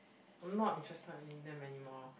I'm not interested in them anymore